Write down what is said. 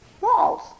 Walls